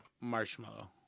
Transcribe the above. Marshmallow